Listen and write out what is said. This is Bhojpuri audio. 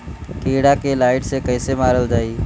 कीड़ा के लाइट से कैसे मारल जाई?